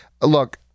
Look